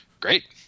great